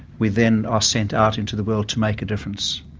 we then are sent out into the world to make a difference.